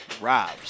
Rob's